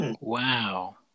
Wow